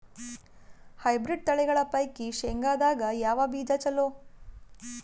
Hybrid ತಳಿಗಳ ಪೈಕಿ ಶೇಂಗದಾಗ ಯಾವ ಬೀಜ ಚಲೋ?